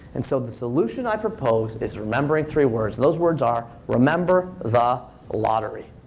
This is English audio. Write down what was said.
and so the solution i propose is remembering three words. those words are, remember the lottery.